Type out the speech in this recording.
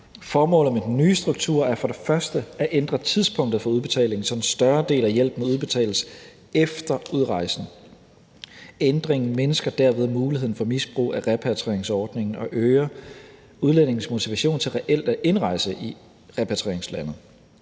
Formålet med den nye struktur er for det første at ændre tidspunktet for udbetalingen, så en større del af hjælpen udbetales efter udrejsen. Ændringen mindsker derved muligheden for misbrug af repatrieringsordningen og øger udlændinges motivation til reelt at indrejse i repatrieringslandet.